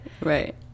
right